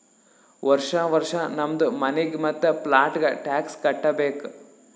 ವರ್ಷಾ ವರ್ಷಾ ನಮ್ದು ಮನಿಗ್ ಮತ್ತ ಪ್ಲಾಟ್ಗ ಟ್ಯಾಕ್ಸ್ ಕಟ್ಟಬೇಕ್